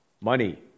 money